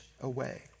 away